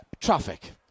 traffic